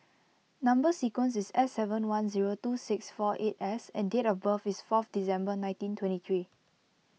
Number Sequence is S seven one zero two six four eight S and date of birth is fourth December nineteen twenty three